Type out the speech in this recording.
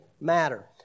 matter